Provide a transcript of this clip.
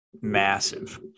massive